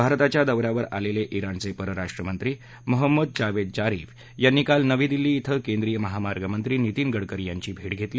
भारताच्या दौऱ्यावर आलेले िजणचे परराष्ट्रमंत्री मोहम्मद जावेद जारिफ यांनी काल नवी दिल्ली िक्षे केंद्रीय महामार्ग मंत्री नितीन गडकरी यांची भे धेतली